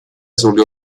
sulle